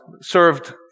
served